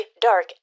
Dark